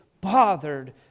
bothered